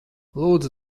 lūdzu